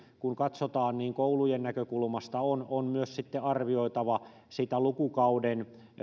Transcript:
kun katsotaan sinne toukokuun puoleenväliin koulujen näkökulmasta on on myös arvioitava sitä lukukauden